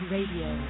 Radio